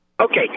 Okay